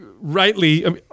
rightly